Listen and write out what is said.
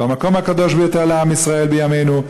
במקום הקדוש ביותר לעם ישראל בימינו,